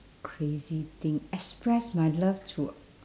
crazy thing express my love to